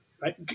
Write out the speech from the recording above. right